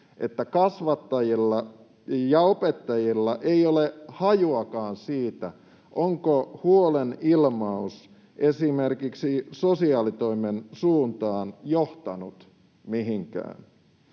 että kasvattajilla ja opettajilla ei ole hajuakaan siitä, onko huolen ilmaus esimerkiksi sosiaalitoimen suuntaan johtanut mihinkään.